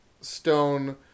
Stone